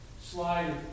slide